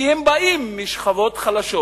כי הם באים משכבות חלשות,